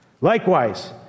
likewise